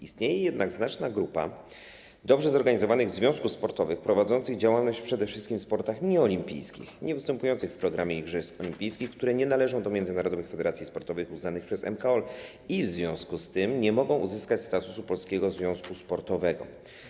Istnieje jednak znaczna grupa dobrze zorganizowanych związków sportowych prowadzących działalność przede wszystkim w sportach nieolimpijskich, niewystępujących w programie igrzysk olimpijskich, które nie należą do międzynarodowych federacji sportowych uznanych przez MKOL i w związku z tym nie mogą uzyskać statusu polskiego związku sportowego.